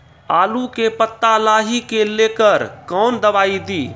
आलू के पत्ता लाही के लेकर कौन दवाई दी?